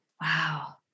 Wow